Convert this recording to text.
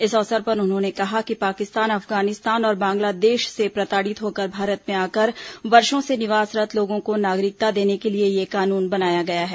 इस अवसर पर उन्होंने कहा कि पाकिस्तान अफगानिस्तान और बांग्लादेश से प्रताड़ित होकर भारत में आकर वर्षों से निवासरत् लोगों को नागरिकता देने के लिए यह कानून बनाया गया है